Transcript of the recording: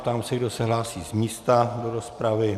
Ptám se, kdo se hlásí z místa do rozpravy.